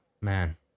man